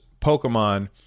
Pokemon